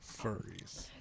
Furries